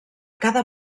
cada